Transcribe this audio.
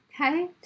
okay